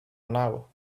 now